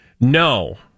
No